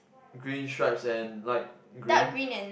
green stripes and light green